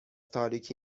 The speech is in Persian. تاریکی